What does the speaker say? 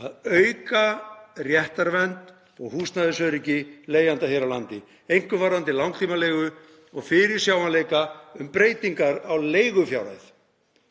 að auka réttarvernd og húsnæðisöryggi leigjenda hér á landi, einkum varðandi langtímaleigu og fyrirsjáanleika um breytingar á leigufjárhæð,